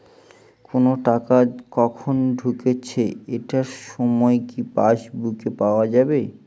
কোনো টাকা কখন ঢুকেছে এটার সময় কি পাসবুকে পাওয়া যাবে?